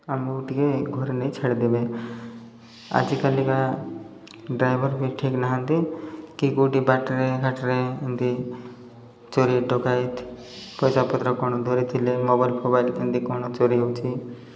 ଆମକୁ ଟିକେ ଘରେ ନେଇ ଛାଡ଼ି ଦେବେ ଆଜିକାଲିକା ଡ୍ରାଇଭର୍ବି ଠିକ୍ ନାହାନ୍ତି କି କେଉଁଠି ବାଟରେ ଘାଟରେ ଏମିତି ଚୋରି ଡକାଇତି ପଇସା ପତ୍ର କ'ଣ ଧରିଥିଲେ ମୋବାଇଲ୍ ଫୋବାଇଲ୍ ଏମିତି କ'ଣ ଚୋରି ହେଉଛି